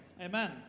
Amen